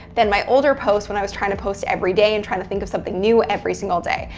than my older posts when i was trying to post every day and trying to think of something new every single day.